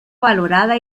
valorada